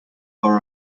are